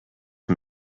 him